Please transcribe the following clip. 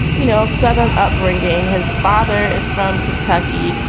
you know, southern upbringing. his father is from kentucky.